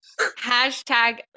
Hashtag